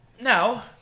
Now